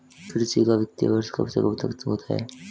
कृषि का वित्तीय वर्ष कब से कब तक होता है?